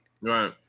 Right